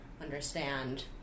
understand